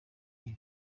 iyi